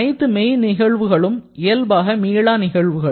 அனைத்து மெய் நிகழ்வுகளும் இயல்பாக மீளா நிகழ்வுகள்